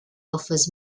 offers